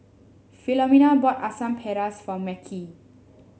Philomena bought Asam Pedas for Mekhi